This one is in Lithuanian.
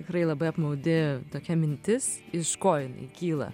tikrai labai apmaudi tokia mintis iš ko jinai kyla